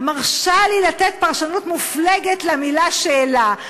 מרשה לי לתת פרשנות מופלגת למילה "שאלה".